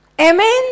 Amen